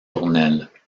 tournelles